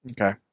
Okay